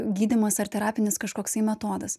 gydymas ar terapinis kažkoksai metodas